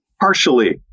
Partially